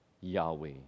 Yahweh